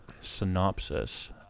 synopsis